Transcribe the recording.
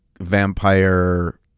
vampire